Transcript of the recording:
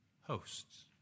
hosts